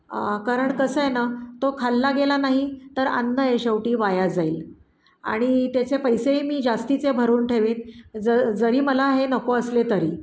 कारण कसं आहे ना तो खाल्ला गेला नाही तर अन्न आहे शेवटी वाया जाईल आणि त्याचे पैसेही मी जास्तीचे भरून ठेवेन ज जरी मला हे नको असले तरी